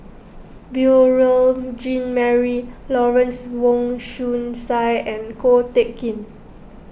Beurel Jean Marie Lawrence Wong Shyun Tsai and Ko Teck Kin